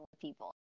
people